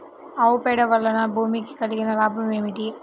ఆవు పేడ వలన భూమికి కలిగిన లాభం ఏమిటి?